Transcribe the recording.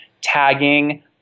tagging